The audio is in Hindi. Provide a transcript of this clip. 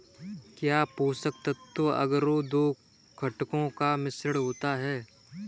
क्या पोषक तत्व अगरो दो घटकों का मिश्रण होता है?